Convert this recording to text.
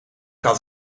had